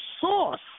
source